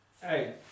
Hey